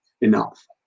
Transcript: enough